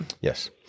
Yes